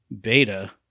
beta